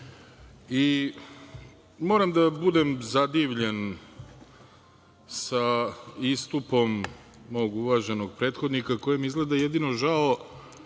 redu. Moram da budem zadivljen sa istupom mogu uvaženog prethodnika kojem je izgleda jedino žao